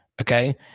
Okay